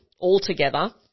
altogether